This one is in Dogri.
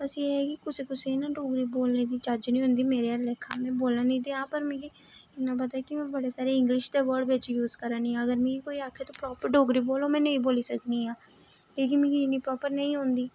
बस एह् ऐ कि कुसै कुसै गी ना डोगरी बोलने दी चज्ज नेईं होंदी मेरे आह्ला लेखा मैं बोलै'नी ते आं पर मिगी इन्ना पता कि मैं बड़े सारे इंग्लिश दे वर्ड बिच्च यूज करै'नी आं अगर मिगी कोई आक्खै तूं प्रापर डोगरी बोलो मैं नेईं बोली सकनी आं कि के मिगी इन्नी प्रापर नेईं औंदी